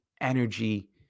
energy